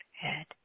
head